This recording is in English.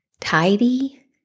tidy